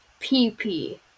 PP